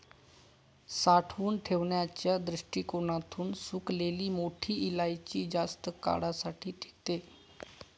साठवून ठेवण्याच्या दृष्टीकोणातून सुकलेली मोठी इलायची जास्त काळासाठी टिकते